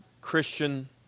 Christian